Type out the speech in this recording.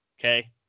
Okay